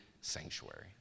sanctuary